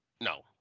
no